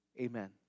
Amen